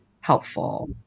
helpful